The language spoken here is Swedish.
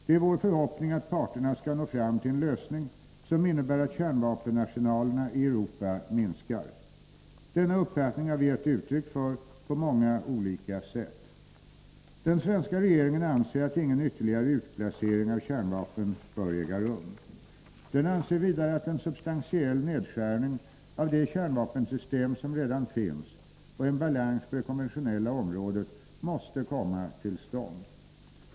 Det är vår förhoppning att parterna skall nå fram till en lösning som innebär att kärnvapenarsenalerna i Europa minskar. Denna uppfattning har vi gett uttryck för på många olika sätt. Den svenska regeringen anser att ingen ytterligare utplacering av kärnvapen bör äga rum. Den anser vidare att en substantiell nedskärning av de kärnvapensystem som redan finns och en balans på det konventionella området måste komma till stånd.